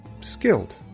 skilled